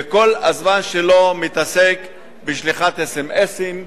וכל הזמן שלו מתעסק בשליחת אס.אם.אסים,